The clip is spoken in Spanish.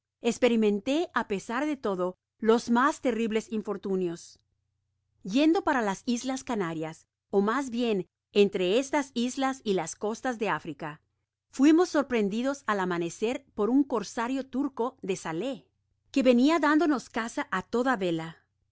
esperimentó á pesar de todo los mas terribles infortunios yendo para las islas canarias ó mas bien entre estas islas y las costas de africa fuimos sorprendidos al amanecer por un corsario turco de salé que venia dándonos caza á toda vela